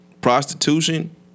Prostitution